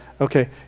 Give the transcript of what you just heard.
okay